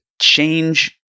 change